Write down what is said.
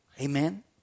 Amen